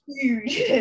huge